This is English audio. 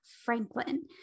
Franklin